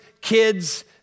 kids